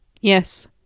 Yes